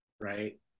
right